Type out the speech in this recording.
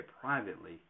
privately